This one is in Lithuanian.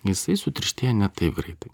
jisai sutirštėja ne taip greitai